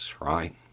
right